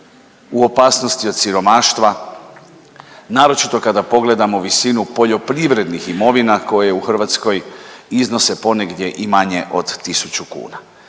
u opasnosti od siromaštva naročito kada pogledamo visinu poljoprivrednih imovina koje u Hrvatskoj iznose ponegdje i manje od 1000 kuna.